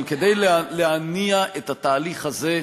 אבל כדי להניע את התהליך הזה,